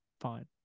fine